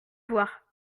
voir